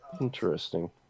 Interesting